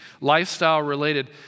lifestyle-related